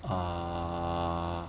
err